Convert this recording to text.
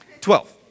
Twelve